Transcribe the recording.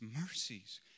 mercies